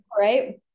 Right